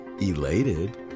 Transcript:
Elated